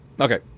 Okay